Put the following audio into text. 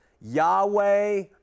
Yahweh